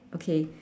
okay